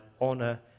honor